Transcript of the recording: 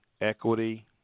equity